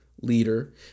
leader